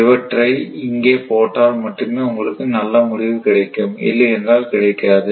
இவற்றை இங்கே போட்டால் மட்டுமே உங்களுக்கு நல்ல முடிவு கிடைக்கும் இல்லையென்றால் கிடைக்காது